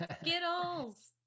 Skittles